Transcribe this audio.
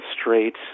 straight